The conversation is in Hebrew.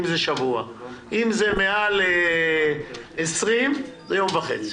אם זה מעל 20 עובדים, זה יום וחצי.